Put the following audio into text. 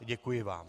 Děkuji vám.